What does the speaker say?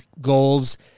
goals